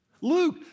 Luke